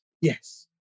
Yes